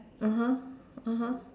(uh huh) (uh huh)